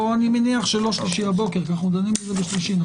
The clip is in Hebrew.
אני מניח שלא ביום שלישי בבוקר כי אנחנו דנים בזה ביום שלישי.